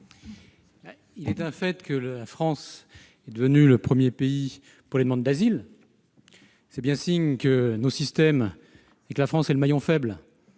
Il est un fait que la France est devenue le premier pays pour les demandes d'asile. C'est bien le signe qu'elle est le maillon faible